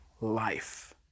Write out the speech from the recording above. life